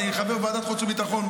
אז אני חבר ועדת חוץ וביטחון,